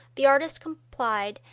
the artist complied,